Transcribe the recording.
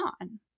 on